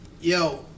Yo